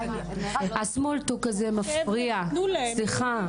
זה מפריע, סליחה.